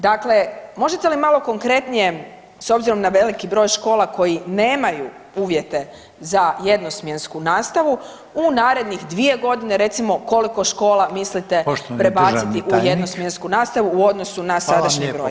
Dakle, možete li malo konkretnije s obzirom na veliki broj škola koji nemaju uvjete za jednosmjensku nastavu u narednih 2 godine recimo koliko škola mislite [[Upadica: Poštovani državni tajnik.]] prebaciti u jednosmjensku nastavu u odnosu na sadašnji broj.